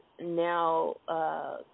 now